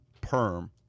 perm